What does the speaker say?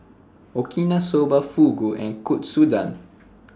Okinawa Soba Fugu and Katsudon